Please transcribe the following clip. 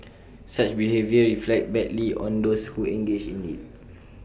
such behaviour reflects badly on those who engage in IT